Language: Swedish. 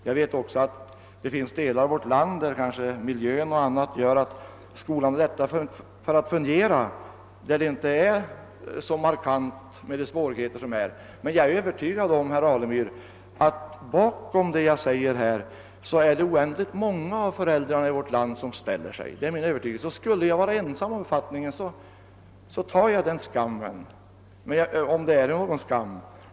Jag vet att det finns delar av vårt land där exempelvis miljön är sådan att skolan har lättare att fungera och svårigheterna inte är så markanta, men jag är övertygad om att oändligt många av föräldrarna ställer sig bakom det jag säger. Skulle jag vara ensam om min uppfattning, tar jag skammen — om det nu är någon skam.